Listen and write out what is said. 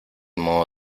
modo